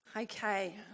Okay